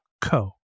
co